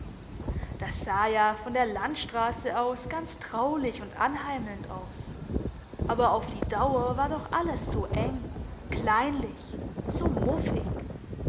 das sah ja von der landstrasse aus ganz traulich und anheimelnd aus aber auf die dauer war doch alles so eng kleinlich so muffig